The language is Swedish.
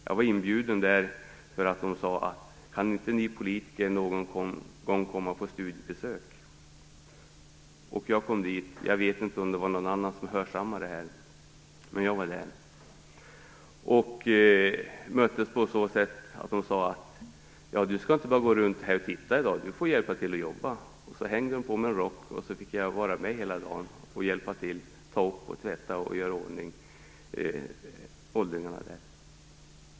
Jag var inbjuden dit för att personalen där tyckte att någon politiker borde komma dit på studiebesök. Jag vet inte om någon annan hörsammade detta, men jag var där. När jag kom dit, sade man: Du skall inte bara gå runt här och titta i dag. Du får hjälpa till och jobba. Och så hängde man på mig en rock, och jag fick vara med hela dagen och hjälpa till med att ta upp, tvätta och göra i ordning åldringarna där.